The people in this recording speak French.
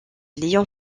lyon